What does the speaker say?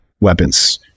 weapons